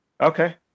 okay